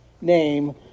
name